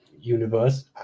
universe